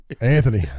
Anthony